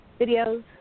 videos